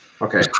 Okay